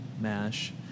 mash